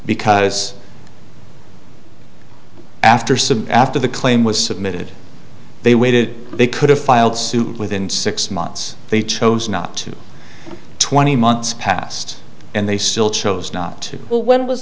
because after some after the claim was submitted they waited they could have filed suit within six months they chose not to twenty months passed and they still chose not to when was